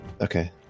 okay